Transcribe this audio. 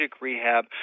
rehab